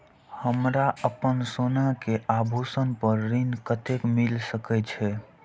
हमरा अपन सोना के आभूषण पर ऋण कते मिल सके छे?